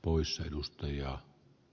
poissa edus ta ja